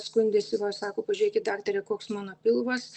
skundėsi sako pažiūrėkit daktare koks mano pilvas